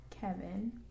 kevin